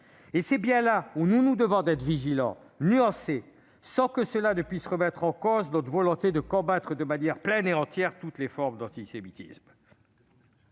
Et c'est bien sur ce point que nous nous devons être vigilants, nuancés, sans que cela remette en cause notre volonté de combattre de manière pleine et entière toutes les formes d'antisémitisme.